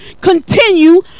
continue